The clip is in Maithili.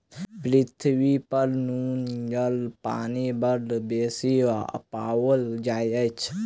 पृथ्वीपर नुनगर पानि बड़ बेसी पाओल जाइत अछि